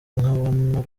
nkabona